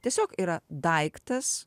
tiesiog yra daiktas